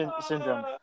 syndrome